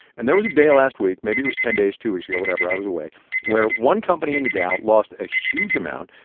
and there was a day last week maybe it was ten days, two weeks ago, whatever i was away where one company in the dow lost a huge amount,